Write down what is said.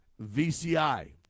VCI